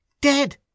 Dead